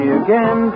again